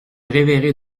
réveillerai